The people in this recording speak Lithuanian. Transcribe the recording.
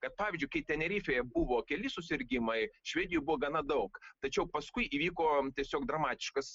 kad pavyzdžiui kai tenerifėje buvo keli susirgimai švedijoj buvo gana daug tačiau paskui įvyko tiesiog dramatiškas